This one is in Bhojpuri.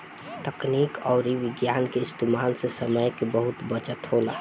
तकनीक अउरी विज्ञान के इस्तेमाल से समय के बहुत बचत होला